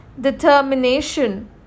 determination